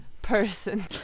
person